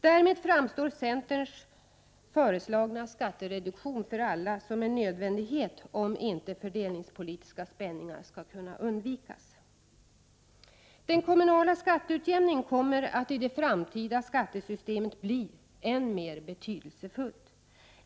Därmed framstår centerns föreslagna skattereduktion för alla som en nödvändighet, om fördelningspolitiska spänningar skall kunna undvikas. Den kommunala skatteutjämningen kommer att i det framtida skattesystemet bli än mer betydelsefull.